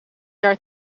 jaar